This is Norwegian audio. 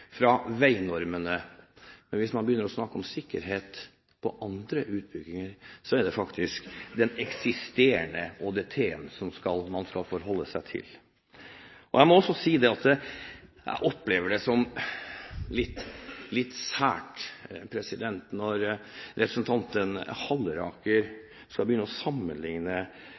fra veinormene, men hvis man begynner å snakke om sikkerhet på andre utbygginger, er det faktisk den eksisterende ÅDT-en man skal forholde seg til. Jeg må også si at jeg opplever det som litt sært når representanten Halleraker begynner å sammenligne